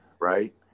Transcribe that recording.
Right